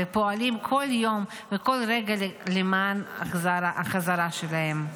ופועלים כל יום וכל רגע למען החזרה שלהם.